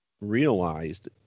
realized